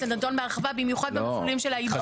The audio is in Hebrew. זה נידון בהחרבה במיוחד במסלולים של --- לא.